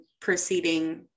preceding